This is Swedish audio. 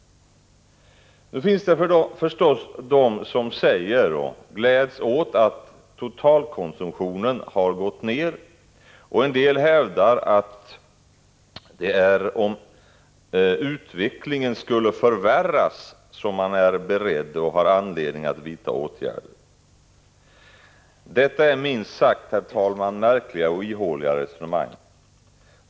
Nu finns det förstås de som säger och gläds åt att totalkonsumtionen har gått ner, och en del hävdar att det är om utvecklingen skulle förvärras som man är beredd och har anledning att vidta åtgärder. Detta är minst sagt, herr talman, märkliga och ihåliga resonemang.